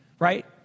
Right